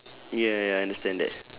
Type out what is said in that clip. ya ya I understand that